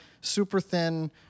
super-thin